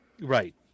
Right